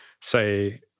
say